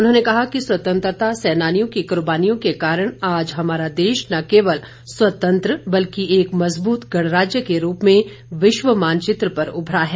उन्होंने कहा कि स्वतंत्रता सेनानियों की कुर्बानियों के कारण आज हमारा देश न केवल स्वतंत्र बल्कि एक मज़बूत गणराज्य के रूप में विश्व मानचित्र पर उभरा है